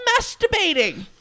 masturbating